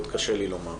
עוד קשה לי לומר.